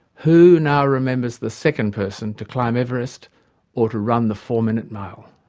who now remembers the second person to climb everest or to run the four minute mile?